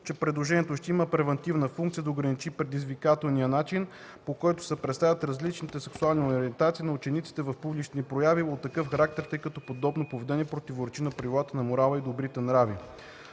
че предложението ще има превантивната функция да ограничи предизвикателния начин, по който се представя различната сексуална ориентация на участниците в публични прояви от такъв характер, тъй като подобно поведение противоречи на правилата на морала и добрите нрави.